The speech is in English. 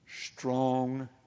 strong